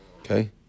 Okay